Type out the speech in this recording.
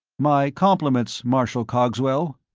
my compliments, marshal cogswell.